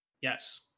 Yes